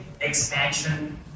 expansion